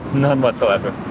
none whatsoever.